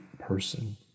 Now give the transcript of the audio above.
person